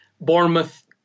Bournemouth